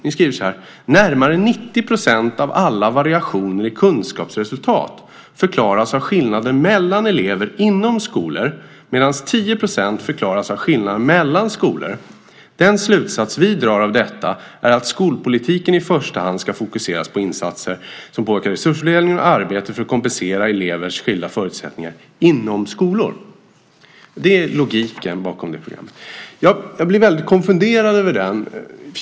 Ni skriver så här: Närmare 90 % av alla variationer i kunskapsresultat förklaras av skillnader mellan elever inom skolor, medan 10 % förklaras av skillnader mellan skolor. Den slutsats vi drar av detta är att skolpolitiken i första hand ska fokuseras på insatser som påverkar resursfördelning och arbete för att kompensera elevers skilda förutsättningar inom skolor. Det är logiken bakom det programmet. Jag blir väldigt konfunderad över det.